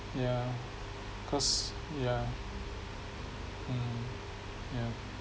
yeah cause yeah mm yeah